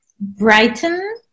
Brighton